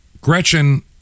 Gretchen